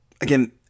Again